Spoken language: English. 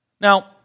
Now